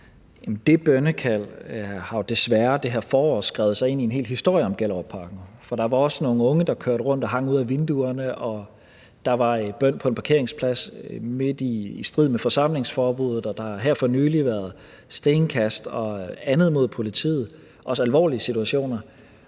desværre det her forår skrevet sig ind i en hel historie om Gellerupparken, for der var også nogle unge, der kørte rundt og hang ud af vinduerne, der var bøn på en parkeringsplads i strid med forsamlingsforbuddet, og der har her for nylig været stenkast og andet mod politiet, også alvorlige situationer.